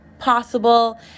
possible